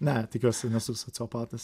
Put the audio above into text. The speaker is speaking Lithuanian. ne tikiuosi nesu sociopatas